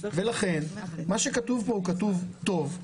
לכן מה שכתוב כאן, הוא כתוב טוב.